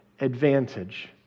advantage